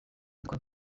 dukora